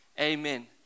amen